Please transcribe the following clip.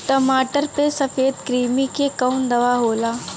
टमाटर पे सफेद क्रीमी के कवन दवा होला?